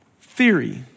Theory